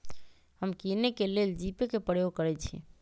हम किने के लेल जीपे कें प्रयोग करइ छी